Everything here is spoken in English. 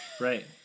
right